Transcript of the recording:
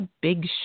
big